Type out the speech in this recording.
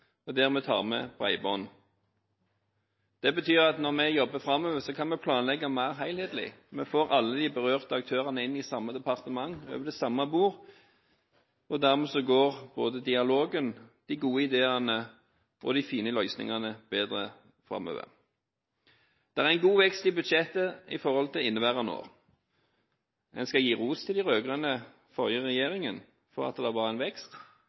og dermed går både dialogen, de gode ideene og de fine løsningene bedre framover. Det er en god vekst i budsjettet sammenliknet med inneværende år. Man skal gi ros til den rød-grønne regjeringen for at det var en vekst,